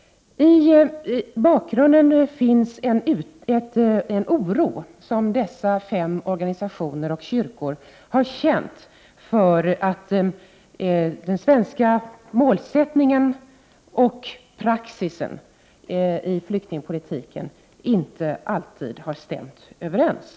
I bakgrunden finns en oro som dessa fem organisationer och kyrkor har känt för att den svenska målsättningen och praxisen i flyktingpolitiken inte alltid har stämt överens.